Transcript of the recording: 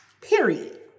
period